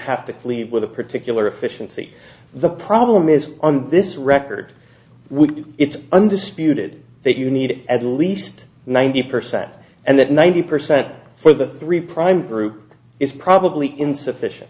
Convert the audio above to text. have to sleep with a particular efficiency the problem is on this record we it's undisputed they do need at least ninety percent and that ninety percent for the three prime group is probably insufficient